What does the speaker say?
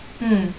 mm